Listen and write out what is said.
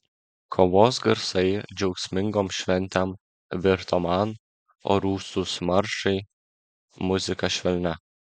kovos garsai džiaugsmingom šventėm virto man o rūstūs maršai muzika švelnia